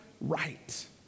right